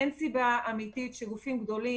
אין סיבה אמיתית שגופים גדולים,